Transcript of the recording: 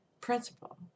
principle